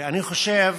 ואני חושב